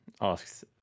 asks